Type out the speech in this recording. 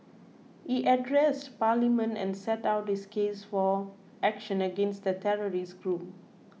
he addressed Parliament and set out his case for action against the terrorist group